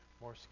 more